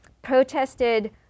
protested